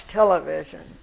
television